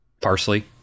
parsley